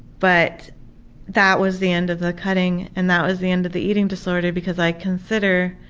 but that was the end of the cutting and that was the end of the eating disorder because i considered,